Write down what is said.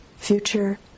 future